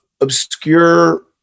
obscure